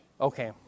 Okay